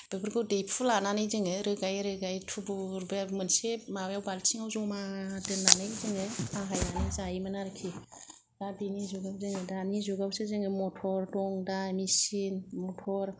बेफोरखौ दैहु लानानै जोङो रोगायै रोगायै थुबुर बे मोनसे माबायाव बाल्थिंआव जमा दोन्नानै जोङो बाहायनानै जायोमोन आरोखि दा बिनि जुगाव जोङो दानि जुगावसो जोङो मथर दं दा मेसिन मथर